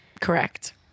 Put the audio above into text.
Correct